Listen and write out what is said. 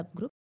subgroup